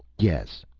yes,